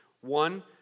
one